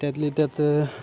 त्यातले त्यात